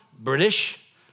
British